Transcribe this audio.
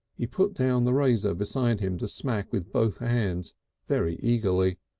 he put down the razor beside him to smack with both hands very eagerly.